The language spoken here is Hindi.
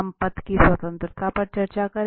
हम पथ की स्वतंत्रता पर चर्चा करेंगे